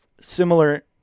similar